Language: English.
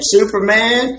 Superman